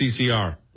CCR